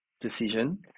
decision